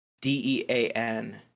D-E-A-N